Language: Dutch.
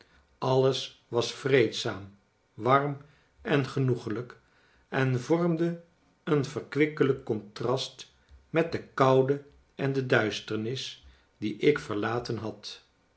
alles was vreedzaam warm en genoeglijk en vormde een verkwikkelijk contrast met de koiide en de duisternis die ik verlaten had